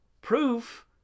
Proof